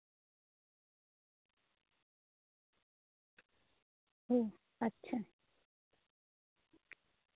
ᱦᱩᱸ ᱟᱪᱪᱷᱟ